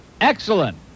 Excellent